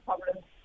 problems